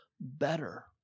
better